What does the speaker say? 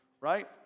right